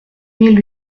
mille